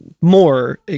more